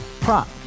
prop